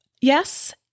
Yes